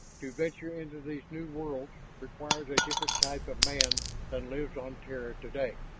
to venture into these new worlds requires a different type of man than lives on terra today.